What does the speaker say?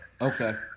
Okay